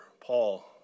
Paul